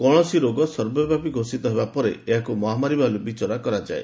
କୌଣସି ରୋଗ ସର୍ବବ୍ୟାପି ଘୋଷିତ ହେବା ପରେ ଏହାକୁ ମହାମାରୀ ଭଳି ବିଚାର କରାଯାଇଥାଏ